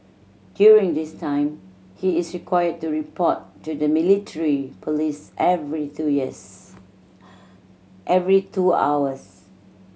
during this time he is required to report to the military police every two years every two hours